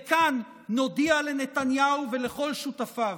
וכאן נודיע לנתניהו ולכל שותפיו: